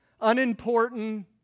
unimportant